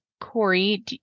Corey